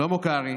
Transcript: שלמה קרעי